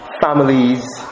families